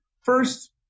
first